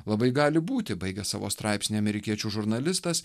labai gali būti baigia savo straipsnį amerikiečių žurnalistas